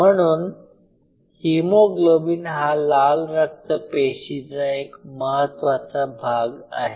म्हणून हीमोग्लोबिन हा लाल रक्त पेशीचा एक महत्वाचा भाग आहे